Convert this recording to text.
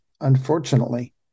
unfortunately